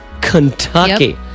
Kentucky